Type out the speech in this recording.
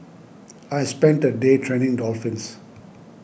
I spent a day training dolphins